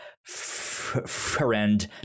friend